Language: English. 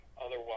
otherwise